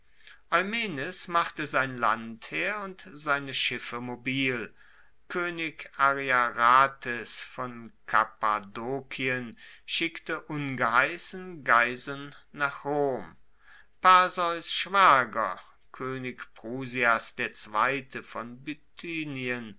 eumenes machte sein landheer und seine schiffe mobil koenig ariarathes von kappadokien schickte ungeheissen geiseln nach rom perseus schwager koenig prusias ii von